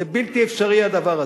זה בלתי אפשרי, הדבר הזה.